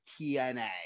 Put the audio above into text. TNA